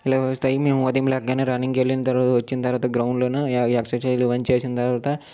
లే వచ్చి మేము ఉదయం లెగ్గానే రన్నింగ్ వెళ్ళిన తర్వాత వచ్చిన తర్వాత గ్రౌండ్ లోనే ఎ ఎక్సర్సైజ్ వంటివి చేసిన తర్వాత